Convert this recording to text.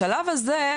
בשלב הזה,